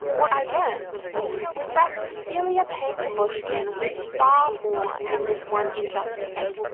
what i learned was that cecilia payne-gaposchkin was far more than this one injustice.